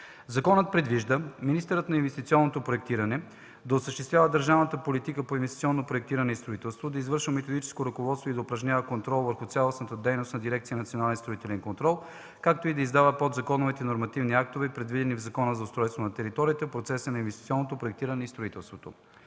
Законопроектът предвижда министърът на инвестиционното проектиране да осъществява държавната политика по инвестиционното проектиране и строителството, да извършва методическо ръководство и да упражнява контрол върху цялостната дейност на Дирекцията за национален строителен контрол, както и да издава подзаконовите нормативни актове, предвидени в Закона за устройство на територията в процеса на инвестиционното проектиране и строителството.